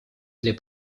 для